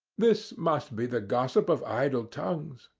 this must be the gossip of idle tongues.